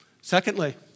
Secondly